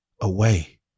away